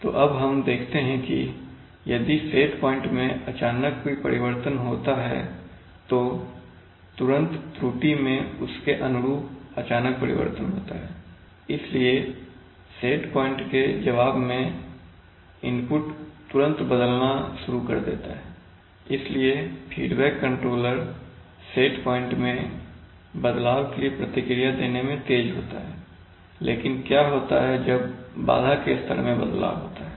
तो अब हम देखते हैं कि यदि सेट पॉइंट में अचानक कोई परिवर्तन होता है तो तुरंत त्रुटि में उसके अनुरूप अचानक परिवर्तन होता है इसलिए सेट पॉइंट के जवाब में इनपुट तुरंत बदलना शुरू हो जाता है इसलिए फीडबैक कंट्रोलर सेट प्वाइंट मैं बदलाव के लिए प्रतिक्रिया देने में तेज होता है लेकिन क्या होता है जब बाधा के स्तर में बदलाव होता है